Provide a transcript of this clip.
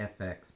fx